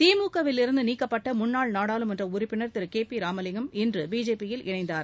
திமுக விலிருந்து நீக்கப்பட்ட முன்னாள் நாடாளுமன்ற உறுப்பினர் திரு கே பி ராமலிங்கம் இன்று பிஜேபி யில் இணைந்தார்